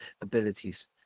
abilities